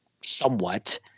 Somewhat